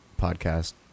podcast